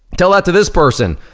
tell that to this person.